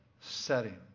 setting